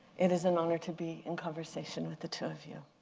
it is an honor to be in conversation with the two of you.